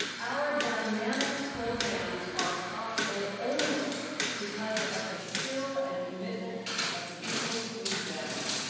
our dynamic programs are possible only because of the skill and commitment of the people who lead them.